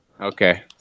Okay